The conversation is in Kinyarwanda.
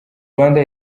rwanda